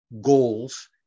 goals